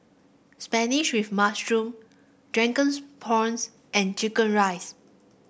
spinach with mushroom drunken's prawns and chicken rice